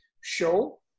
show